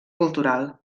cultural